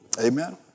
Amen